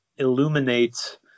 illuminate